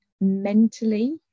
mentally